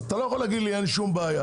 אז אתה לא יכול להגיד לי שאין שום בעיה,